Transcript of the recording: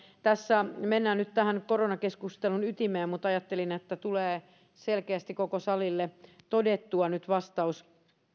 tässä mennään nyt tähän koronakeskustelun ytimeen mutta ajattelin että tulee selkeästi koko salille todettua nyt vastaus